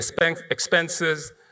expenses